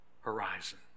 horizon